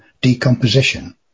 decomposition